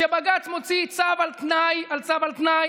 כשבג"ץ מוציא צו על תנאי על צו על תנאי